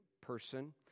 person